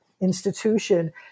institution